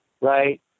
right